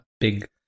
big